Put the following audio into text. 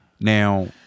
Now